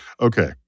Okay